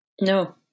No